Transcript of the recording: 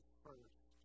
first